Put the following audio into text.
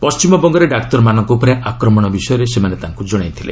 ପଣ୍ଟିମବଙ୍ଗରେ ଡାକ୍ତରମାନଙ୍କ ଉପରେ ଆକ୍ରମଣ ବିଷୟରେ ସେମାନେ ତାଙ୍କୁ ଜଣାଇଥିଲେ